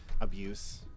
abuse